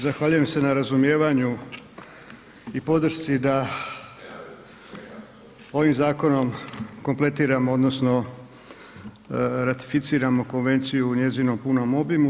Zahvaljujem se na razumijevanju i podršci da ovim zakonom kompletiramo odnosno ratificirano konvenciju u njezinom punom obimu.